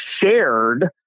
shared